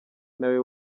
nawe